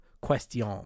question